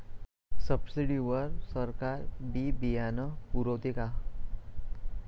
Subsidy वर सरकार बी बियानं पुरवते का?